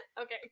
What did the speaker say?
okay